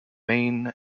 maine